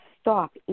stop